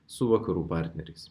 su vakarų partneriais